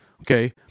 okay